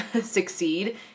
succeed